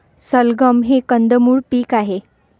सलगम हे कंदमुळ पीक आहे